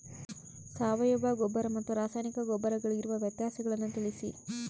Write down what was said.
ಸಾವಯವ ಗೊಬ್ಬರ ಮತ್ತು ರಾಸಾಯನಿಕ ಗೊಬ್ಬರಗಳಿಗಿರುವ ವ್ಯತ್ಯಾಸಗಳನ್ನು ತಿಳಿಸಿ?